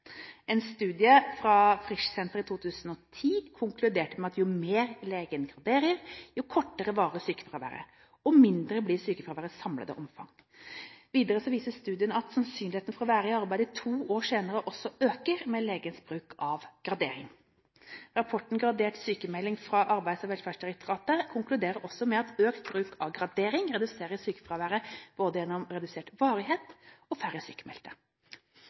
En studie fra Frischsenteret i 2010 konkluderer med at jo mer legen graderer, jo kortere varer sykefraværet, og jo mindre blir sykefraværets samlede omfang. Videre viser studien at sannsynligheten for å være i arbeid to år senere også øker med legens bruk av gradering. Rapporten Gradert sykmelding fra Arbeids- og velferdsdirektoratet konkluderer også med at økt bruk av gradering reduserer sykefraværet, både gjennom redusert varighet og færre